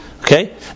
Okay